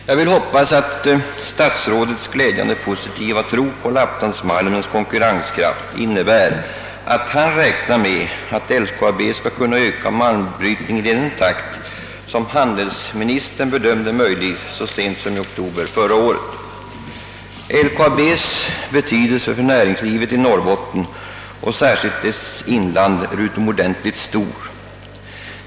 Jag vill hoppas att statsrådet Wickmans glädjande positiva tro på lapplandsmalmens konkurrenskraft innebär att han räknar med att LKAB skall kunna öka malmbrytningen i den takt som handelsministern bedömde möjlig så sent som i oktober förra året. LKAB:s betydelse för näringslivet i Norrbotten och särskilt dess inland är utomordentligt stor.